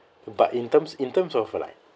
but in terms in terms of like